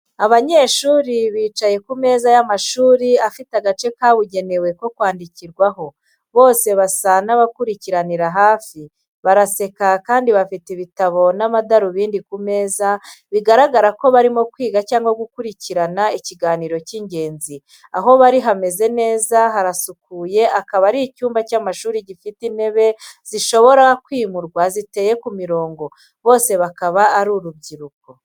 Abanyeshuri bicaye ku meza y’amashuri afite agace kabugenewe ko kwandikiraho, bose basa n’abakurikiranira hafi, baraseka kandi bafite ibitabo n'amadarubindi ku meza, bigaragaza ko barimo kwiga cyangwa gukurikirana ikiganiro cy’ingenzi. Aho bari hameze neza, harasukuye akaba ari icyumba cy’amashuri gifite intebe zishobora kwimurwa, ziteye mu mirongo. Bose bakaba ari urubyiruko.